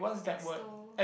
exto